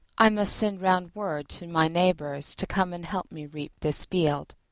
i must send round word to my neighbours to come and help me reap this field.